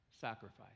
sacrifice